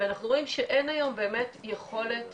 ואנחנו רואים אין היום באמת יכולת